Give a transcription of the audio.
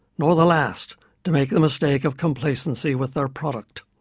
nor the last to make the mistake of complacency with their product.